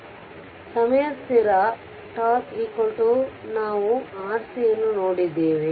ಆದ್ದರಿಂದ ಸಮಯ ಸ್ಥಿರ τ ನಾವು ಆರ್ಸಿಯನ್ನು ನೋಡಿದ್ದೇವೆ